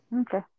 okay